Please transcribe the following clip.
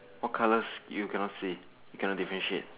what colours you cannot see you cannot different shade